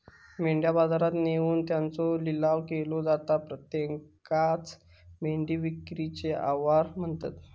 मेंढ्या बाजारात नेऊन त्यांचो लिलाव केलो जाता त्येकाचं मेंढी विक्रीचे आवार म्हणतत